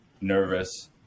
nervous